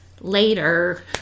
later